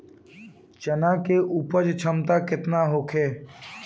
चना के उपज क्षमता केतना होखे?